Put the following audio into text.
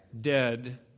dead